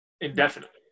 indefinitely